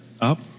up